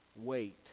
wait